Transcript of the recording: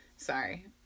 Sorry